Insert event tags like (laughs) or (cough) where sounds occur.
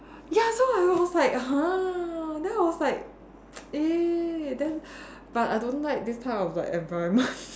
ya so I was like !huh! then I was like (noise) eh then but I don't like this kind of like environment (laughs)